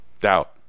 Doubt